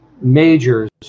majors